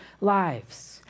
lives